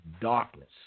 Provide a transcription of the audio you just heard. darkness